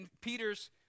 Peter's